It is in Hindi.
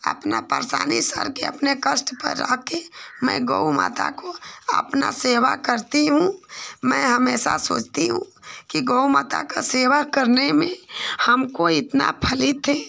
अपना परेशानी सिर के अपने कष्ट पर रहकर मैं गऊ माता की अपनी सेवा करती हूँ मैं हमेशा सोचती हूँ कि गऊ माता की सेवा करने में हमको इतना फलित है